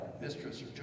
mistress